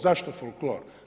Zašto folklor?